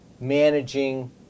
managing